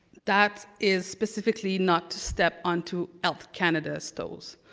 that is specifically not to step onto alp canada's toes.